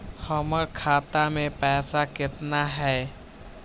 हमर खाता मे पैसा केतना है?